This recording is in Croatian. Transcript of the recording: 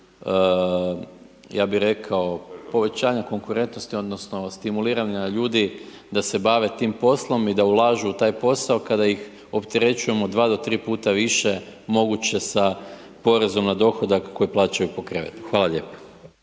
ja bi rekao povećanja konkurentnosti odnosno stimuliranja ljudi da se bave tim poslom i da ulažu u taj posao kada ih opterećujemo 2 do 3 puta više moguće sa porezom na dohodak koje plaćaju po krevetu. Hvala lijepo.